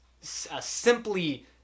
simply